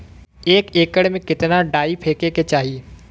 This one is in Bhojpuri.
एक एकड़ में कितना डाई फेके के चाही?